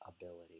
ability